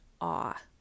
awe